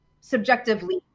subjectively